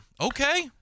Okay